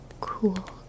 cool